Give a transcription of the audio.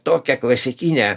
tokia klasikinė